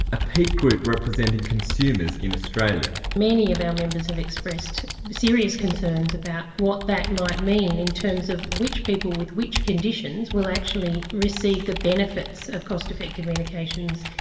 a peak group representing consumers in australia. many of our members have expressed serious concerns about what that might mean in terms of which people with which conditions will actually receive the benefits of cost effective medications,